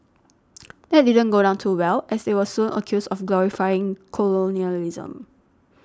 that didn't go down too well as they were soon accused of glorifying colonialism